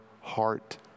heart